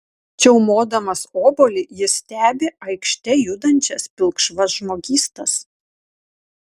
čiaumodamas obuolį jis stebi aikšte judančias pilkšvas žmogystas